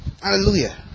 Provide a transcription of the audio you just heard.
Hallelujah